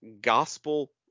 gospel